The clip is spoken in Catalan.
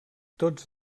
tots